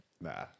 Nah